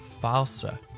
Falsa